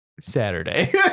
saturday